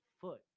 foot